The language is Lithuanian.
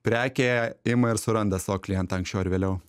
prekė ima ir suranda savo klientą anksčiau ar vėliau